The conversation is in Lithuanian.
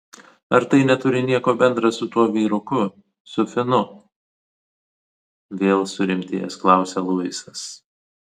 ar tai neturi nieko bendra su tuo vyruku su finu vėl surimtėjęs klausia luisas